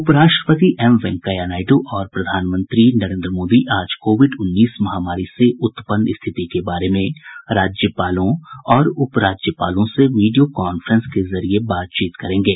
उपराष्ट्रपति एमवेंकैया नायडू और प्रधानमंत्री नरेन्द्र मोदी आज कोविड उन्नीस महामारी से उत्पन्न स्थिति के बारे में राज्यपालों और उपराज्यपालों से वीडियो कॉफ्रेंस के जरिये बातचीत करेंगे